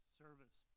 service